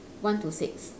one to six